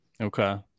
Okay